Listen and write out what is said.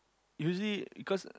usually because